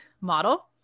model